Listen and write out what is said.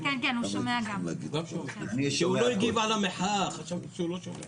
הוא לא הגיב על המחאה, אז חשבתי שהוא לא שומע.